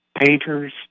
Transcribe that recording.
painters